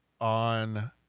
on